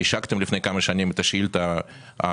השקתם לפני כמה שנים את השאילתה המיוחדת